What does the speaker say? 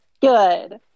Good